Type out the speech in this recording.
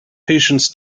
patients